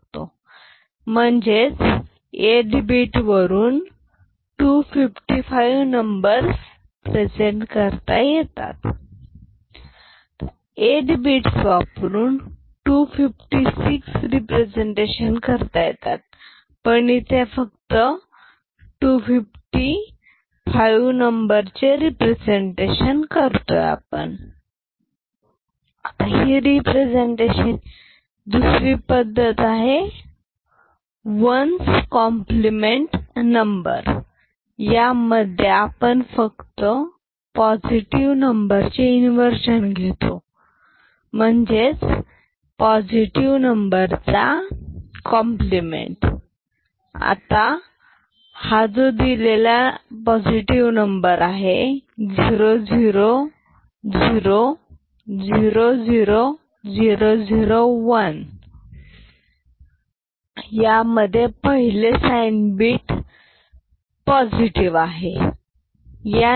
2x127254 म्हणजे 8 bit वरून 255 number present करता येतात 8 बिट्स वापरून 256 रिप्रेझेंटेशन करता येतात पण इथे फक्त 255 नंबर प्रेझेंट केले जातात हि रीप्रेझेंटेशनची एक पद्धत झाली दुसरी पद्धत वन्स कॉम्प्लिमेंट नंबर आहे यामध्ये आपण फक्त पॉझिटिव नंबरचे इन्वर्जन घेतो म्हणजेच पॉझिटिव नंबरचा कॉम्प्लिमेंट 0 0 0 0 0 0 0 1 हा पॉझिटिव्ह नंबर आहे पहिले बीट हे साइन बीट आहे त्यामुळे प्लस वन